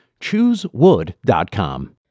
ChooseWood.com